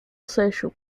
social